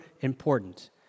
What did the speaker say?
important